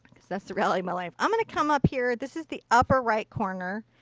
cause that's the reality of my life. i'm going to come up here. this is the upper right corner.